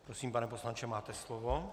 Prosím, pane poslanče, máte slovo.